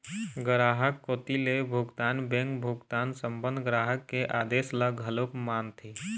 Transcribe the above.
गराहक कोती ले भुगतान बेंक भुगतान संबंध ग्राहक के आदेस ल घलोक मानथे